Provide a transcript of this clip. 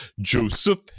Joseph